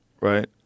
right